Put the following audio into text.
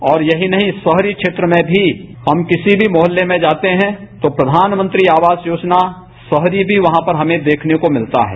और यही नहीं शहरी क्षेत्र में भी हम किसी भी मोहल्ले में जाते हैं तो प्रघानमंत्री आवास योजना शहरी भी हमें देखने को मिलता है